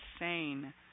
insane